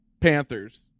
Panthers